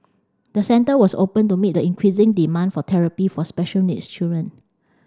the centre was opened to meet the increasing demand for therapy for special needs children